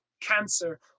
cancer